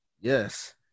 Yes